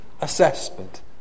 assessment